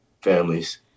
families